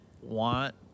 want